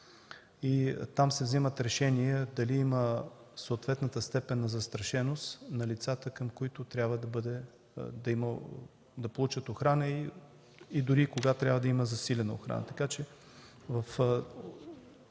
Там се вземат решения дали има съответната степен на застрашеност на лицата, които трябва да получат охрана и кога трябва да имат засилена охрана.